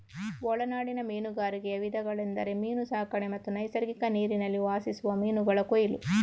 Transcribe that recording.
ಒಳನಾಡಿನ ಮೀನುಗಾರಿಕೆಯ ವಿಧಗಳೆಂದರೆ ಮೀನು ಸಾಕಣೆ ಮತ್ತು ನೈಸರ್ಗಿಕ ನೀರಿನಲ್ಲಿ ವಾಸಿಸುವ ಮೀನುಗಳ ಕೊಯ್ಲು